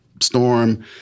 Storm